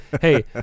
Hey